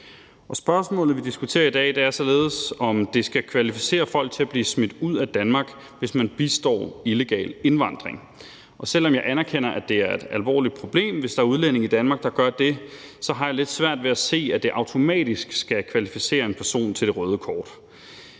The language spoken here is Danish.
Spørgsmålet, vi diskuterer i dag, er således, om det skal kvalificere folk til at blive smidt ud af Danmark, hvis man bistår illegal indvandring. Og selv om jeg anerkender, at det er et alvorligt problem, hvis der er udlændinge i Danmark, der gør det, har jeg lidt svært ved at se, at det automatisk skal kvalificere en person til det røde kort.